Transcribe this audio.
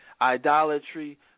idolatry